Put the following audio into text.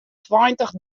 tweintich